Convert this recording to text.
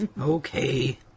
Okay